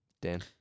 Dan